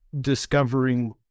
discovering